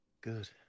good